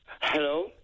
Hello